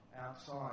outside